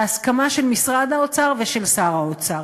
להסכמה של משרד האוצר ושל שר האוצר.